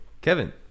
Kevin